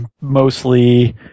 mostly